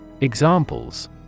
Examples